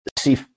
see